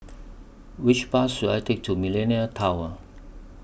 Which Bus should I Take to Millenia Tower